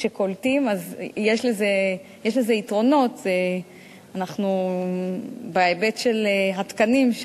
כשקולטים אז יש לזה יתרונות בהיבט של התקנים,